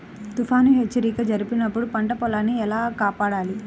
తుఫాను హెచ్చరిక జరిపినప్పుడు పంట పొలాన్ని ఎలా కాపాడాలి?